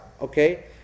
Okay